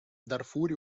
дарфуре